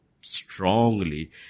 strongly